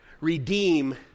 Redeem